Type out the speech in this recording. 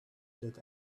that